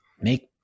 make